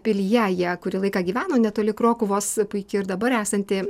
pilyje jie kurį laiką gyveno netoli krokuvos puiki ir dabar esanti